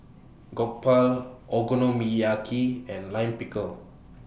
Jokbal Okonomiyaki and Lime Pickle